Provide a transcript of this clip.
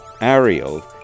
Ariel